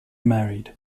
married